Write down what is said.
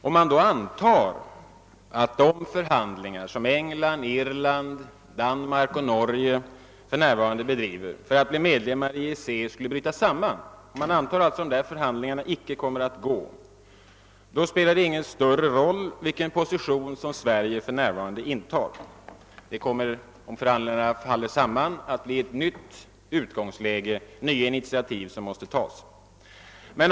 Om man antar att de förhandlingar som England, Irland, Danmark och Norge för närvarande driver för att bli medlemmar i EEC inte lyckas, utan bryter samman, spelar det inte någon större roll vilken position Sverige intar. Om förhandlingarna bryter samman, kommer det att bli ett nytt utgångsläge och nya initiativ måste tagas.